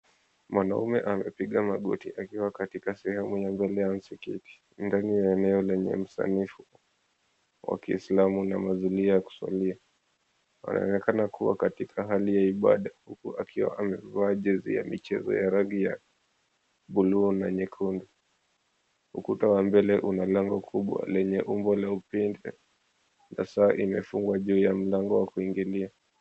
Mwanaume amepiga magoti akiwa katika sehemu ya mbele ya msikiti ndani ya eneo lenye usanifu wa kiislamu na mazingira ya kuswalia. Anaonekana kuwa katika hali ya ibada, huku akiwa amevaa jezi ya michezo ya rangi ya buluu na nyekundu. Ukuta wa mbele una lango kubwa lenye umbo la upinde, na saa imefungwa juu ya mlango wa kuingilia.